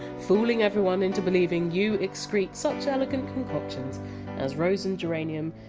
fooling everyone into believing you excrete such elegant concoctions as rose and geranium,